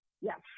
yes